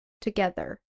together